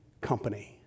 company